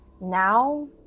now